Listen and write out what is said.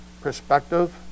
perspective